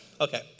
Okay